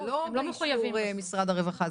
-- אבל זה לא באישור משרד הרווחה,